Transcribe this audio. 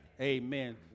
Amen